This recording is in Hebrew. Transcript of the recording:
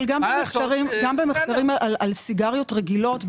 גם במחקרים על סיגריות רגילות,